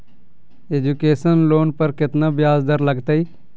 Education loan पर केतना ब्याज दर लगतई?